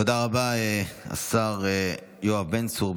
תודה רבה, השר יואב בן צור.